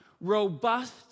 robust